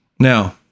Now